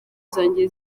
zanjye